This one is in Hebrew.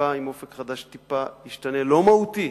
"אופק חדש" זה טיפה השתנה ולא מהותית,